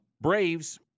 Braves